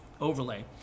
overlay